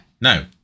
no